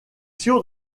sûr